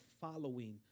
following